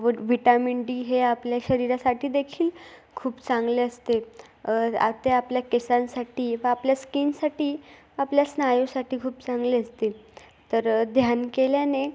व vitamin D हे आपल्या शरीरासाठी देखील खूप चांगले असते आ ते आपल्या केसांसाठी व आपल्या स्कीनसाठी आपल्या स्नायूसाठी खूप चांगली असते तर ध्यान केल्याने